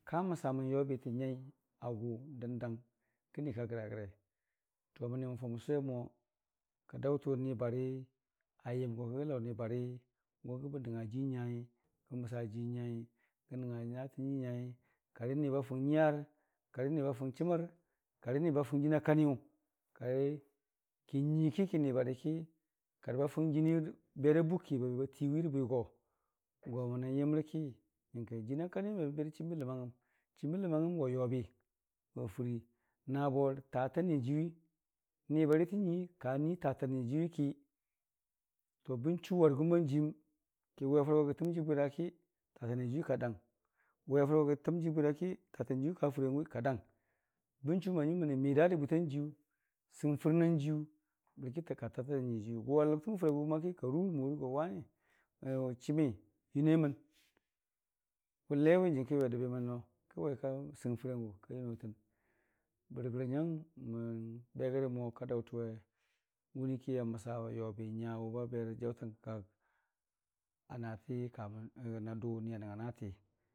Ka n'məsamən yobitə nyai agʊ dəndang kənikagra gre məni man faʊmən sʊwemo ka daʊtə nibari ayəmgo kəgə laʊnibari wʊbəgə nəngnga jiinyai bən məsajiinyai gə nəngnga natə nyai karini ba fʊng nyiyar karini bafʊng chəmər kari nibafʊng jɨnakaniyʊ kari kin nyuiiki kən nibariki kəri bafʊng jənii bəri bera bukki batiiwii rə bwigo go mənan yəmrəki nyəngke. Jənakani mebə berərə chiimba ləmangngəm, bərki chiimbə ləmangngəm wa yobiwa fərii nabo rə tata niya jiiyuwii, nibari tən nyuii ka nii tata niyajiiyuwiiki bənchu wargəm banjiim kəwʊ farə go gətəm jii bwiraiki tata niyaje iyuwi kadang, we farə gogə təm jii bwiraikitata niyajiiyuwi ka fɨrangʊwi ka dang bənchu mənii banjiim midarə rə bwitan jiiyu, sɨng fɨrnan jiiyu bərkika tata niyajiiyuwi gʊaləbtəmən fərii a gʊki aruurə morii go chəmi yunormən gʊmlewʊ nyəngkiwe yənoimən no kəwaika sɨng fərangʊ ka yənotən, bərigərə nyang mən be gərə mo kadaʊtənwe wunii kiaməga wa yobi nyawʊ babe rə jaʊtang akak a naati nadʊ ni a nəngnga naati.